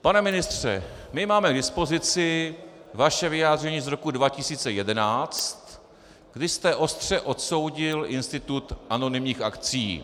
Pane ministře, my máme k dispozici vaše vyjádření z roku 2011, kdy jste ostře odsoudil institut anonymních akcií.